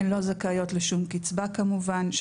הן לא זכאיות לשום קצבה כמובן.